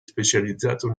specializzato